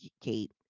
Kate